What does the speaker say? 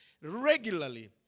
regularly